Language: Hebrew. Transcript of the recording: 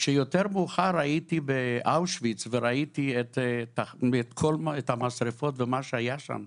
וכשיותר מאוחר הייתי באושוויץ ובירקנאו וראיתי את המשרפות ומה שהיה שם,